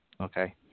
Okay